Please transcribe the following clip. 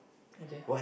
okay